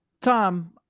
Tom